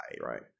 right